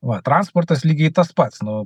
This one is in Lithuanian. va transportas lygiai tas pats nu